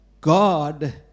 God